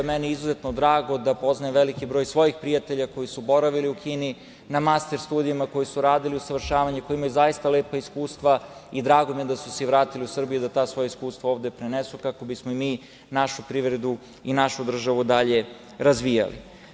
Meni je izuzetno drago da poznajem veliki broj svojih prijatelja koji su boravili u Kini na master studijama, koji su radili usavršavanje i koji imaju zaista lepa iskustva i drago mi je da su se vratili u Srbiju da ta svoja iskustva ovde prenesu, kako bismo mi našu privredu i našu državu dalje razvijali.